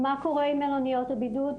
מה קורה עם מלוניות הבידוד.